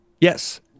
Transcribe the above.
Yes